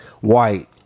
white